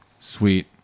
Sweet